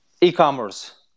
e-commerce